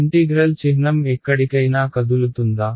integral చిహ్నం ఎక్కడికైనా కదులుతుందా